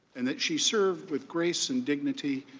and that she served with grace and dignity,